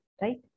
right